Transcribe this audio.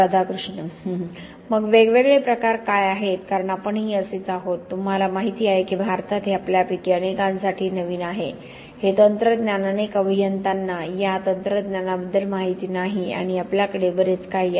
राधाकृष्ण हसून मग वेगवेगळे प्रकार काय आहेत कारण आपणही असेच आहोत तुम्हाला माहिती आहे की भारतात हे आपल्यापैकी अनेकांसाठी नवीन आहे हे तंत्रज्ञान अनेक अभियंत्यांना या तंत्रज्ञानाबद्दल माहिती नाही आणि आपल्याकडे बरेच काही आहे